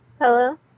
Hello